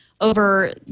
over